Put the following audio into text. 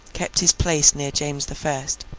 kept his place near james the first.